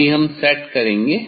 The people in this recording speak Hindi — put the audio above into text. अभी हम सेट करेंगे